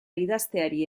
idazteari